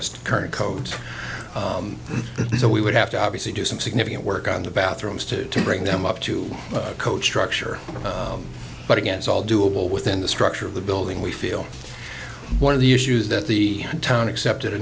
kindest current code so we would have to obviously do some significant work on the bathrooms to bring them up to coach structure but again it's all doable within the structure of the building we feel one of the issues that the town accepted a